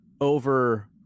over